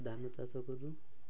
ଧାନ ଚାଷ କରୁ